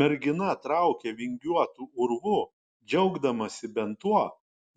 mergina traukė vingiuotu urvu džiaugdamasi bent tuo